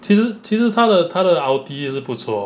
其实其实他的他的 ulti 也是不错